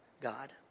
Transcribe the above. God